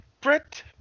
Brett